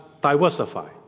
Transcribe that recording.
diversify